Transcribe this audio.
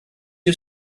you